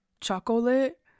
chocolate